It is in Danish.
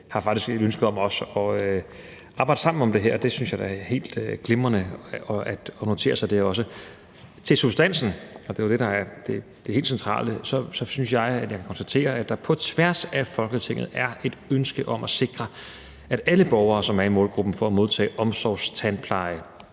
har et ønske om at arbejde sammen om det her. Og det synes jeg da er helt glimrende også at notere sig. I forhold til substansen, som jo er det helt centrale, synes jeg, at jeg kan konstatere, at der på tværs af Folketinget er et ønske om at sikre, at alle borgere, som er i målgruppen for at modtage omsorgstandpleje,